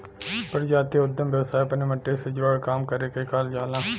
प्रजातीय उद्दम व्यवसाय अपने मट्टी से जुड़ल काम करे के कहल जाला